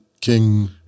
King